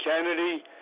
Kennedy